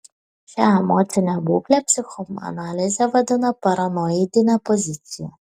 šią emocinę būklę psichoanalizė vadina paranoidine pozicija